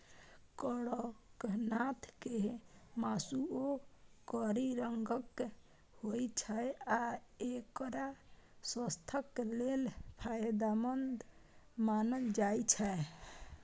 कड़कनाथ के मासुओ कारी रंगक होइ छै आ एकरा स्वास्थ्यक लेल फायदेमंद मानल जाइ छै